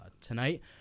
Tonight